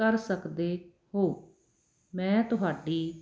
ਕਰ ਸਕਦੇ ਹੋ ਮੈਂ ਤੁਹਾਡੀ